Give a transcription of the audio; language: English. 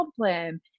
problem